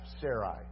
Sarai